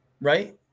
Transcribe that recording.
Right